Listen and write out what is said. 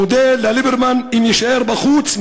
אודה לליברמן אם יישאר בחוץ,